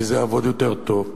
כי זה יעבוד יותר טוב.